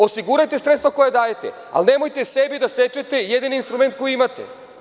Osigurajte sredstva koja dajete, ali nemojte sebi da sečete jedini instrument koji imate.